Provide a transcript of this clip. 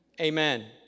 Amen